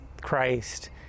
Christ